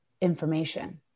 information